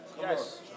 Yes